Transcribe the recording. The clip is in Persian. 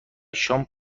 شام